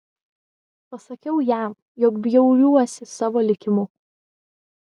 pasakiau jam jog bjauriuosi savo likimu